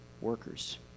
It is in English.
workers